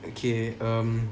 okay err